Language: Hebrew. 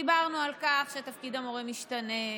דיברנו על כך שתפקיד המורה משתנה,